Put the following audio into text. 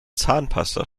zahnpasta